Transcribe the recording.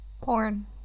Porn